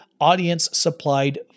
audience-supplied